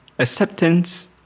Acceptance